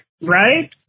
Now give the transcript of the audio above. Right